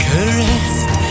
Caressed